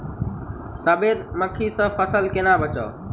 सफेद मक्खी सँ फसल केना बचाऊ?